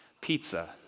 pizza